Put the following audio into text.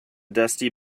dusty